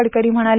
गडकरी म्हणाले